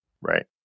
right